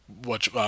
Watch